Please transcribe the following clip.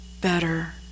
better